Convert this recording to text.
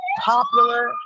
popular